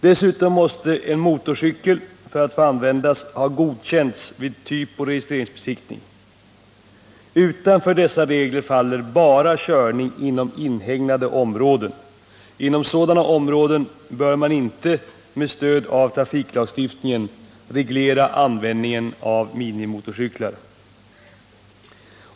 Dessutom måste en motorcykel för att få användas ha godkänts vid typoch registreringsbesiktning. Utanför dessa regler faller bara körning inom inhägnade områden. Inom sådana områden bör man inte med stöd av trafiklagstiftningen reglera användningen av minimotorcyklar.